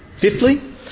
Fifthly